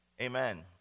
Amen